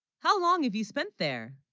how long have you spent there